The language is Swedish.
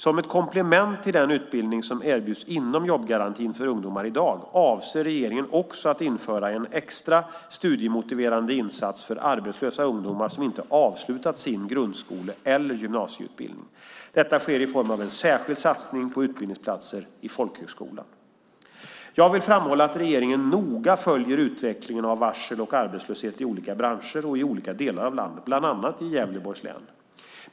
Som ett komplement till den utbildning som erbjuds inom jobbgarantin för ungdomar i dag avser regeringen också att införa en extra studiemotiverande insats för arbetslösa ungdomar som inte har avslutat sin grundskole eller gymnasieutbildning. Detta sker i form av en särskild satsning på utbildningsplatser i folkhögskolan. Jag vill framhålla att regeringen noga följer utvecklingen av varsel och arbetslöshet i olika branscher och i olika delar av landet, bland annat i Gävleborgs län.